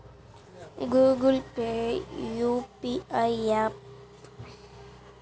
Google Pay UPI య్యాపా?